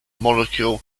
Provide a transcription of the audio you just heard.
molecular